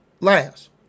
last